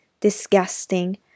Disgusting